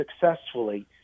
successfully